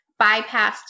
bypassed